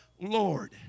Lord